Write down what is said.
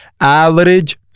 average